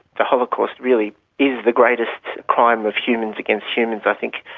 the holocaust really is the greatest crime of humans against humans, i think,